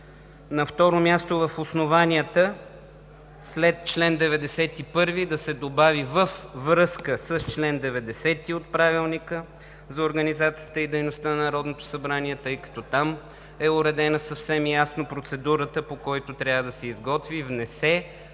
На второ място, в основанията след „чл. 91“ да се добави „във връзка с чл. 90 от Правилника за организацията и дейността на Народното събрание“, тъй като там е уредена съвсем ясно процедурата, по която трябва да се изготви, внесе